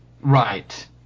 Right